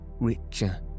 richer